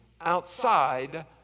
outside